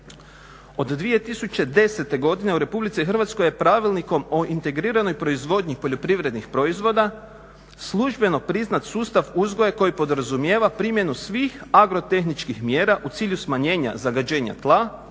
Od 2010. godine u Republici Hrvatskoj je Pravilnikom o integriranoj proizvodnji poljoprivrednih proizvoda službeno priznat sustav uzgoja koji podrazumijeva primjenu svih agrotehničkih mjera u cilju smanjenja zagađenja tla,